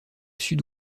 sud